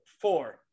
four